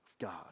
God